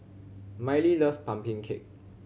Miley loves pumpkin cake